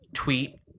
Tweet